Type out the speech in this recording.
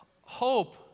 Hope